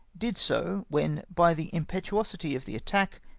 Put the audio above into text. did so, when, by the impetuosity of the attack,